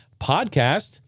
Podcast